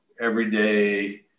everyday